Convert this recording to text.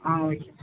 ஆ okay